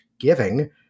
giving